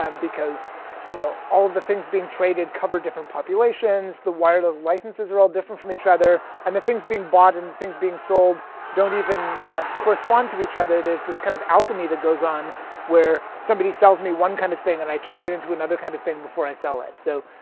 um because you know all of the things being traded cover different populations, the wireless licenses are all different from each other, and the things being bought and things being sold don't even um correspond to each other. there's this kind of alchemy that goes on where somebody sells me one kind of thing and i turn it into another kind of thing before i sell it. so,